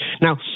Now